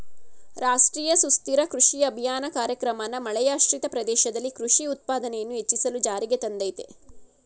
ರಾಷ್ಟ್ರೀಯ ಸುಸ್ಥಿರ ಕೃಷಿ ಅಭಿಯಾನ ಕಾರ್ಯಕ್ರಮನ ಮಳೆಯಾಶ್ರಿತ ಪ್ರದೇಶದಲ್ಲಿ ಕೃಷಿ ಉತ್ಪಾದನೆಯನ್ನು ಹೆಚ್ಚಿಸಲು ಜಾರಿಗೆ ತಂದಯ್ತೆ